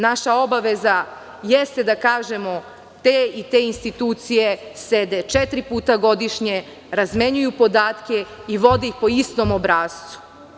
Naša obaveza jeste da kažemo - te i te institucije sede četiri puta godišnje, razmenjuju podatke i vode ih po istom obrascu.